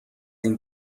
این